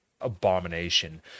abomination